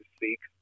seek